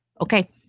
Okay